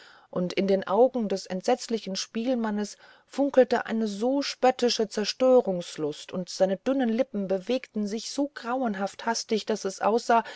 und kecker in den augen des entsetzlichen spielmanns funkelte eine so spöttische zerstörungslust und seine dünnen lippen bewegten sich so grauenhaft hastig daß es aussah